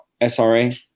SRA